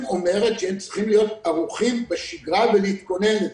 הם צריכים להיות ערוכים בשגרה ולהתכונן לזה.